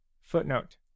Footnote